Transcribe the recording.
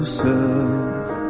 serve